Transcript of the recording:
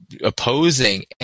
opposing